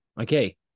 okay